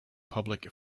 public